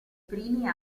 primi